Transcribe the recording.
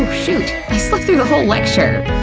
shoot! i slept through the whole lecture!